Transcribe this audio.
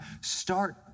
start